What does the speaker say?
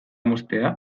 moztea